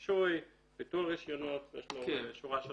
רישוי, ביטול רישיונות יש לו שורה של